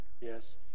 Yes